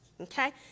okay